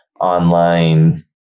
online